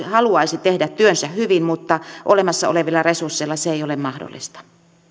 haluaisi tehdä työnsä hyvin mutta olemassa olevilla resursseilla se ei ole mahdollista